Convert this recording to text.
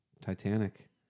Titanic